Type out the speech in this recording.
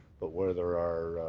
but where there are.